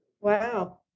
Wow